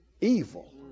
evil